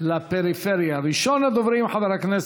אם כן,